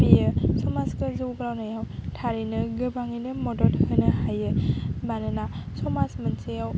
बेयो समाजखौ जौगानायाव थारैनो गोबाङैनो मदद होनो हायो मानोना समाज मोनसेयाव